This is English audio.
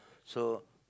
so